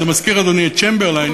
זה מזכיר, אדוני, את צ'מברליין,